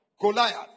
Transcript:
Goliath